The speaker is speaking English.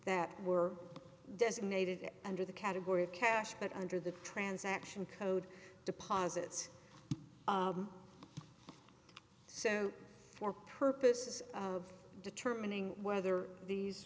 that were designated under the category of cash but under the transaction code deposits so for purposes of determining whether these